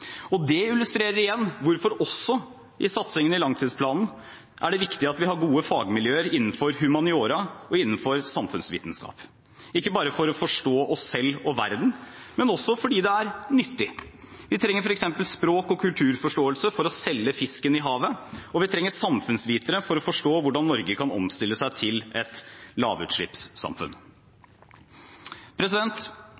Og det illustrerer igjen hvorfor det også i satsingen i langtidsplanen er viktig at vi har gode fagmiljøer innenfor humaniora og innenfor samfunnsvitenskap – ikke bare for å forstå oss selv og verden, men også fordi det er nyttig. Vi trenger f.eks. språk- og kulturforståelse for å selge fisken i havet, og vi trenger samfunnsvitere for å forstå hvordan Norge kan omstille seg til et lavutslippssamfunn.